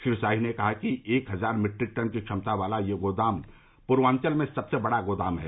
श्री शाही ने कहा कि एक हजार मीट्रिक टन की क्षमता वाला यह गोदाम पूर्वांचल में सबसे बड़ा गोदाम है